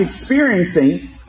experiencing